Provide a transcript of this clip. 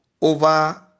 over